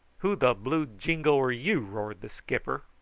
who the blue jingo are you? roared the skipper.